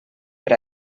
per